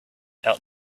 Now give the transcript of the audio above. out